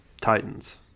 Titans